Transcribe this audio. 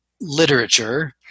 literature